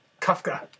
Kafka